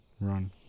run